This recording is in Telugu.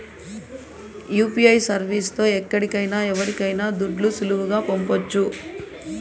యూ.పీ.ఐ సర్వీస్ తో ఎక్కడికైనా ఎవరికైనా దుడ్లు సులువుగా పంపొచ్చు